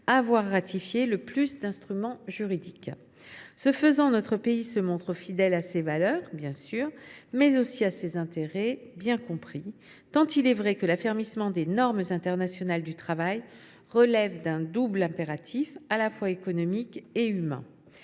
avoir ratifié le plus d’instruments juridiques émanant de cette institution. Ce faisant, notre pays se montre bien sûr fidèle à ses valeurs, mais aussi à ses intérêts bien compris, tant il est vrai que l’affermissement des normes internationales du travail relève d’un double impératif, à la fois économique et humain